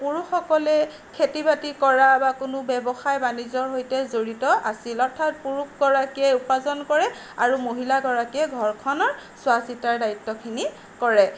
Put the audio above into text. পুৰুষসকলে খেতি বাতি কৰা বা কোনো ব্যৱসায় বাণিজ্যৰ সৈতে জড়িত আছিল অৰ্থাৎ পুৰুষগৰাকীয়ে উপাৰ্জন কৰে আৰু মহিলাগৰাকীয়ে ঘৰখনৰ চোৱা চিতাৰ দায়িত্বখিনি কৰে